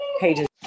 pages